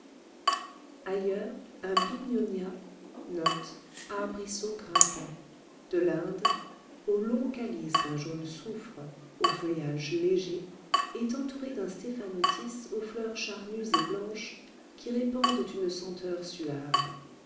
ailleurs un bignonia de l'inde aux longs calices d'un jaune soufre au feuillage léger est entouré d'un stéphanotis aux fleurs charnues et blanches qui répandent une senteur suave